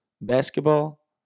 basketball